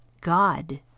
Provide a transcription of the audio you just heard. God